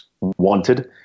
wanted